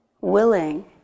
willing